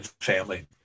family